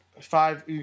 five